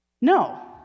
No